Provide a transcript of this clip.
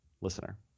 listener